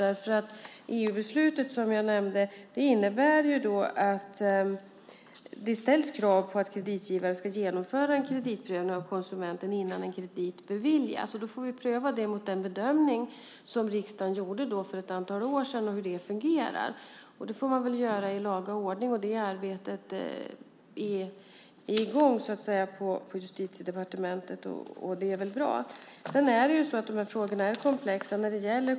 EU-beslutet innebär, som jag nämnde, att det ställs krav på att kreditgivare ska genomföra en kreditprövning av konsumenten innan en kredit beviljas. Vi får pröva det mot den bedömning som riksdagen gjorde för ett antal år sedan och se hur det fungerar. Det får man göra i laga ordning. Det arbetet är i gång på Justitiedepartementet, och det är väl bra. De här frågorna är komplexa.